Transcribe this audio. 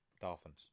Dolphins